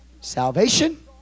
salvation